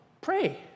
pray